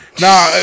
Nah